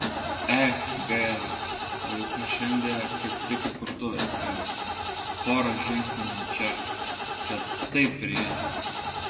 ech gaila o juk aš šiandie kaip tik įkurtuves keliu pora žingsnių nuo čia kad taip ir jis